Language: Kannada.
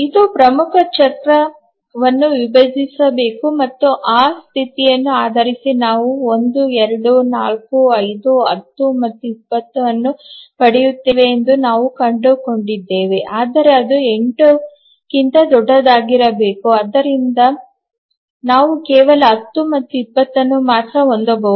ಇದು ಪ್ರಮುಖ ಚಕ್ರವನ್ನು ವಿಭಜಿಸಬೇಕು ಮತ್ತು ಆ ಸ್ಥಿತಿಯನ್ನು ಆಧರಿಸಿ ನಾವು 1 2 4 5 10 ಮತ್ತು 20 ಅನ್ನು ಪಡೆಯುತ್ತೇವೆ ಎಂದು ನಾವು ಕಂಡುಕೊಂಡಿದ್ದೇವೆ ಆದರೆ ಅದು 8 ಕ್ಕಿಂತ ದೊಡ್ಡದಾಗಿರಬೇಕು ಮತ್ತು ಆದ್ದರಿಂದ ನಾವು ಕೇವಲ 10 ಮತ್ತು 20 ಅನ್ನು ಮಾತ್ರ ಹೊಂದಬಹುದು